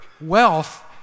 wealth